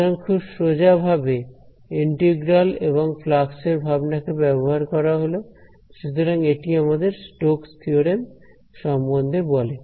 সুতরাং খুব সোজা ভাবে ইন্টিগ্রাল এবং ফ্লাক্স এর ভাবনাকে ব্যবহার করা হলোসুতরাং এটি আমাদের স্টোকস থিওরেম Stoke's theorem সম্বন্ধে বলে